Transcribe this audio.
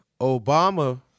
Obama